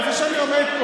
איפה שאני עומד,